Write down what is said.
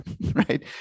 right